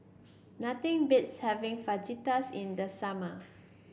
nothing beats having Fajitas in the summer